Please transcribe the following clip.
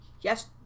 yes